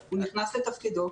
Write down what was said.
הוא נכנס לתפקידו,